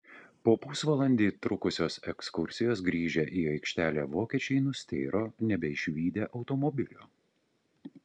po pusvalandį trukusios ekskursijos grįžę į aikštelę vokiečiai nustėro nebeišvydę automobilio